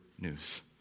news